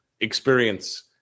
experience